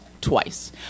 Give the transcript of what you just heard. twice